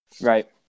Right